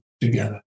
together